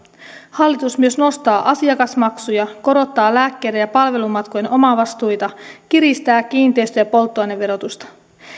hallitus myös nostaa asiakasmaksuja korottaa lääkkeiden ja palvelumatkojen omavastuita kiristää kiinteistö ja polttoaineverotusta